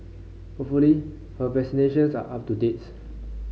hopefully her vaccinations are up to dates